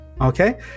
okay